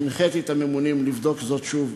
הנחיתי את הממונים לבדוק זאת שוב,